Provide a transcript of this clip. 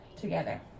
together